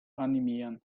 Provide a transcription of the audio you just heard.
animieren